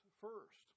first